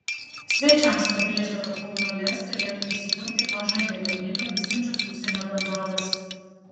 svečiams pabrėžta kad kauno lez turėtų įsikurti pažangią gamybą vystančios užsienio bendrovės